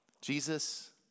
Jesus